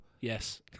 yes